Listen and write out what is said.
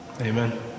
Amen